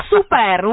Super